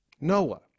Noah